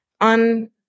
on